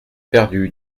perdu